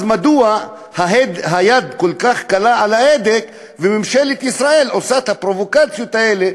אז מדוע היד כל כך קלה על ההדק וממשלת ישראל עושה את הפרובוקציות האלה,